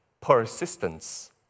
persistence